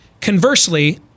Conversely